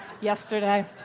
yesterday